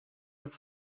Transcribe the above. was